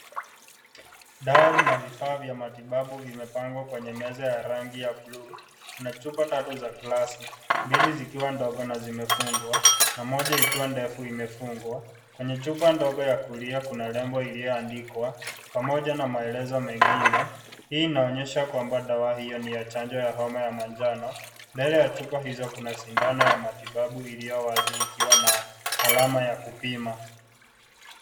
Dawa na vifaa vya matibabu vimepangwa kwenye meza yenye rangi ya (cs)blue(cs), kuna chupa tatu za glasi, mbili zikiwa ndogo na zimefungwa, na moja ikiwa ndefu imefungwa, kwenye chupa ndogo ya kulia kuna lembo ilioandikwa, pamoja na maelezo mengine, hii inaonyesha dawa hio ni ya chanjo ya homa ya manjano, mbele ya chupa hizo kuna sindano ya matibabu iliyo wazi ikiwa na, alama ya kupima.